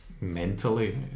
mentally